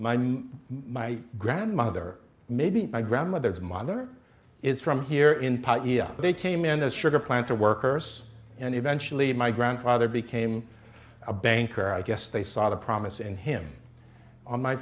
knew my grandmother maybe my grandmother's mother is from here in pa they came in the sugar planter workers and eventually my grandfather became a banker i guess they saw the promise and him on my